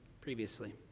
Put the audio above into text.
previously